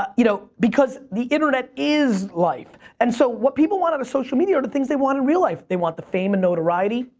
ah you know, because the internet is life. and so, what people want out of social media are the things they want in real life. they want the fame and notoriety,